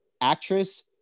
actress